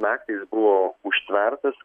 naktį jis buvo užtvertas